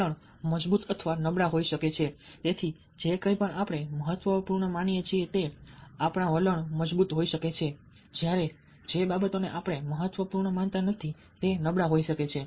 વલણ મજબૂત અથવા નબળા હોઈ શકે છે તેથી જે કંઈપણ આપણે મહત્વપૂર્ણ માનીએ છીએ તે આપણા વલણ મજબૂત હોઈ શકે છે જ્યારે જે બાબતોને આપણે મહત્વપૂર્ણ માનતા નથી તે નબળા હોઈ શકે છે